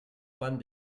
pan